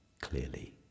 clearly